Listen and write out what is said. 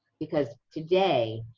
because today,